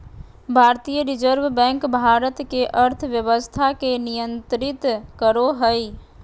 भारतीय reserve bank Bharat के अर्थव्यवस्था के नियन्त्रित करो हइ